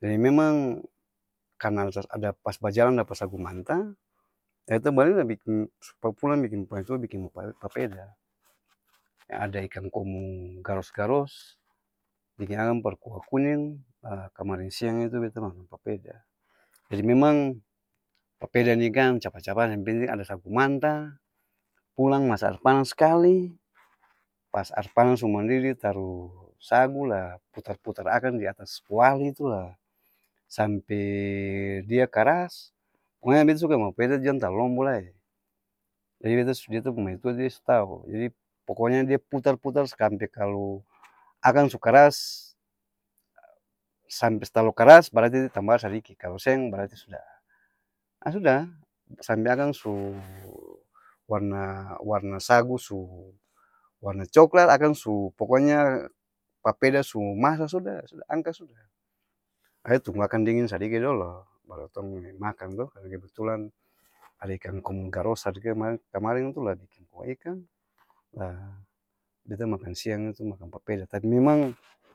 jadi memang kanal ada pas bajalang dapa sagu manta, la beta bali la biking, bawa pulang biking maitua biking papeda, ada ikang komu garos-garos biking akang par kua kuning, laa kamareng siang itu beta makang papeda, jadi memang, papeda ni kan capat-capat yang penting ada sagu manta, pulang masa aer panas skali, pas aer panas su mandidi taru sagu laa putar-putar akang di atas kuali tu laa sampe dia karas, poko nya beta suka makang papeda jang talalu lombo lai, ini beta su beta pung maitua dia su tau, jadi poko nya dia putar-putar kas sampe kalo akang su karas, sampe su talalu karas, barati tamba aer sadiki kalo seng, barati sudah, aa sudah sampe akang su warna warna-sagu su warna coklat, akang su poko nya papeda su masa sudah sudah-angka sudah, aa tunggu akang dinging sadiki dolo baru tong'e makang to, karna kebetulan ada ikang komu garos satu kamareng tu la biking kua ikang, laa beta makang siang itu makang papeda, tapi memang.